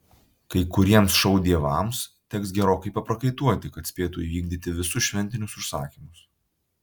kai kuriems šou dievams teks gerokai paprakaituoti kad spėtų įvykdyti visus šventinius užsakymus